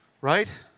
Right